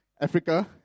Africa